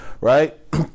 right